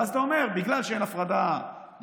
ואז אתה אומר: בגלל שאין הפרדה בין